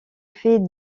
fait